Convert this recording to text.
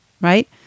right